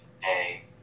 day